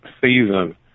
season